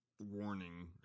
warning